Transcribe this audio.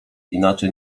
inaczej